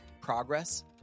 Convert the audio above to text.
progress